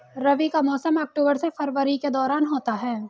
रबी का मौसम अक्टूबर से फरवरी के दौरान होता है